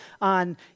on